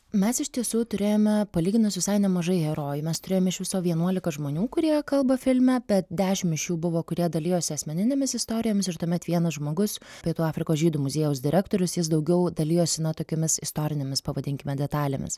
mes iš tiesų turėjome palyginus visai nemažai herojų mes turėjom iš viso vienuolika žmonių kurie kalba filme bet dešim iš jų buvo kurie dalijosi asmeninėmis istorijomis ir tuomet vienas žmogus pietų afrikos žydų muziejaus direktorius jis daugiau dalijosi na tokiomis istorinėmis pavadinkime detalėmis